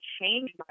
change